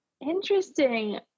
interesting